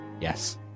Yes